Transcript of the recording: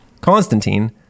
Constantine